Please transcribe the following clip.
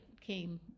came